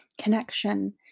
connection